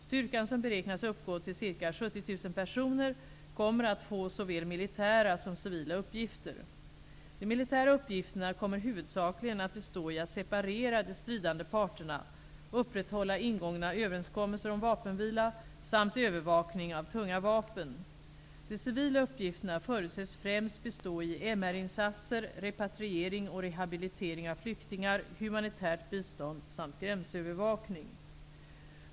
Styrkan som beräknas uppgå till ca 70 000 personer kommer att få såväl militära som civila uppgifter. De militära uppgifterna kommer huvudsakligen att bestå i att separera de stridande parterna, upprätthålla ingångna överenskommelser om vapenvila samt övervaka tunga vapen. De civila uppgifterna förutses främst bestå i MR-insatser, repatriering och rehabilitering av flyktingar, humanitärt bistånd samt gränsövervakning.